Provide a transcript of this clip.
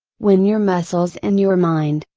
when your muscles and your mind,